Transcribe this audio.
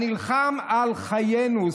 הנלחם על חיינו.